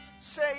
say